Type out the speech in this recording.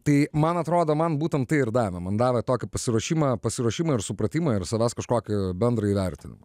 tai man atrodo man būtent tai ir davė man davė tokį pasiruošimą pasiruošimą ir supratimą ir savęs kažkokį bendrą įvertinimą